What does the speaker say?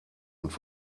und